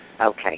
Okay